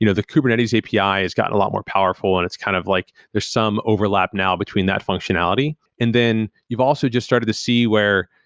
you know the kubernetes api has gotten a lot more powerful and it's kind of like there's some overlap now between that functionality. and then you've also just started to see where,